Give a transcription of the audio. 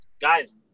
Guys